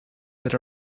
that